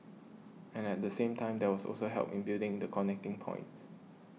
and at the same time there was also help in building the connecting points